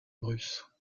bruce